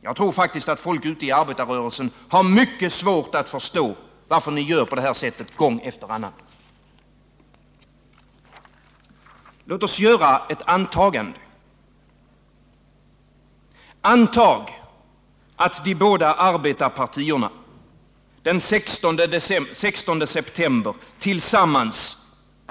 Jag tror faktiskt att folk ute i arbetarrörelsen har mycket svårt att förstå varför ni gör på det här sättet gång efter annan. Låt oss göra ett antagande. Antag, att de båda arbetarpartierna den 16 september tillsammans